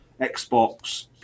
Xbox